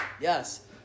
yes